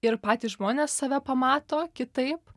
ir patys žmonės save pamato kitaip